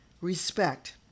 respect